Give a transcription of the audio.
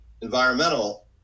environmental